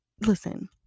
Listen